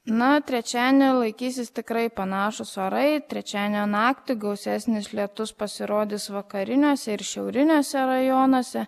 na trečiadienį laikysis tikrai panašūs orai trečiadienio naktį gausesnis lietus pasirodys vakariniuose ir šiauriniuose rajonuose